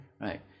Right